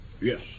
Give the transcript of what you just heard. yes